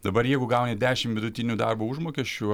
dabar jeigu gauni dešim vidutinių darbo užmokesčių